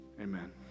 amen